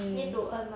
mm